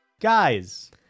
guys